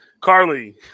Carly